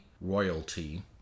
royalty